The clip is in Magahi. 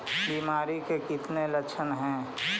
बीमारी के कितने लक्षण हैं?